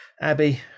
Abby